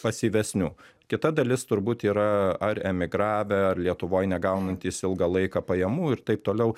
pasyvesnių kita dalis turbūt yra ar emigravę ar lietuvoj negaunantys ilgą laiką pajamų ir taip toliau